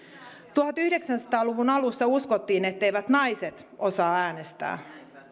tuhatyhdeksänsataa luvun alussa uskottiin etteivät naiset osaa äänestää